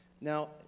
Now